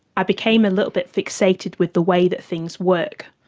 i became a little bit fixated with the way that things work.